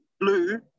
Blue